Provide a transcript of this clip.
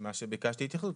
ומה שביקשתי התייחסות.